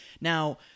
Now